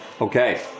Okay